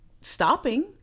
stopping